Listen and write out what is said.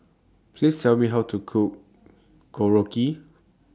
Please Tell Me How to Cook Korokke